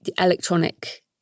electronic